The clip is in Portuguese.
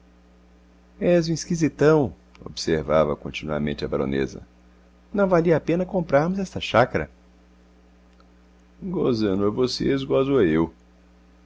és um esquisitão observava continuamente a baronesa não valia a pena comprarmos esta chácara gozando a vocês gozo a eu